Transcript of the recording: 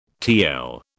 TL